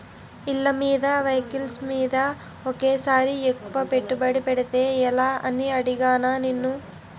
ఇళ్ళమీద, వెహికల్స్ మీద ఒకేసారి ఎక్కువ పెట్టుబడి పెడితే ఎలా అని అడిగానా నిన్ను